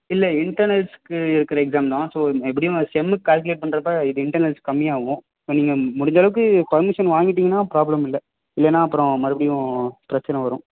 இல்லை இன்டர்னல்ஸ்க்கு இருக்கிற எக்ஸாம் தான் ஸோ எப்படியும் செம்முக்கு கேல்குலேட் பண்ணுறப்ப இது இன்டர்னல்ஸ் கம்மியாகும் இப்போ நீங்கள் முடிஞ்சளவுக்கு பர்மிஷன் வாங்கிட்டிங்கன்னால் ப்ராப்ளம் இல்லை இல்லைன்னால் அப்புறம் மறுபடியும் பிரச்சின வரும்